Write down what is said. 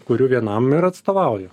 kurių vienam ir atstovauju